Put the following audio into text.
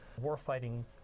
warfighting